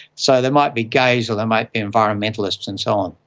so they might be gays or they might be environmentalists and so on.